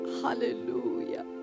Hallelujah